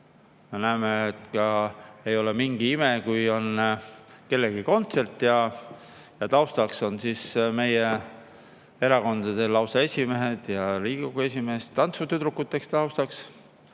Me näeme, et ei ole mingi ime, kui on kellegi kontsert ja taustal on lausa meie erakondade esimehed ja Riigikogu esimees tantsutüdrukuteks. Aga kas